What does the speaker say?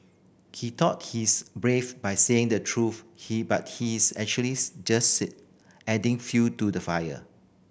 he thought he's brave by saying the truth he but he's actually just adding fuel to the fire